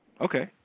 okay